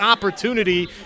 opportunity